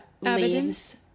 leaves